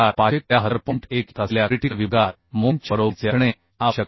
1 येत असलेल्या क्रिटिकल विभागात मोमेंटच्या बरोबरीचे असणे आवश्यक आहे